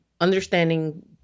understanding